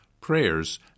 prayers